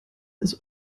ist